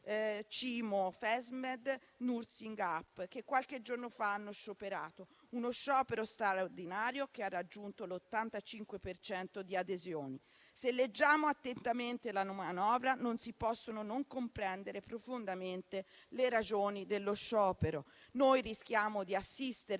Cimo-Fesmed, Nursing up, che qualche giorno fa hanno scioperato. Si è trattato di uno sciopero straordinario che ha raggiunto l'85 per cento di adesioni. Se leggiamo attentamente la manovra, non si possono non comprendere profondamente le ragioni dello sciopero. Noi rischiamo di assistere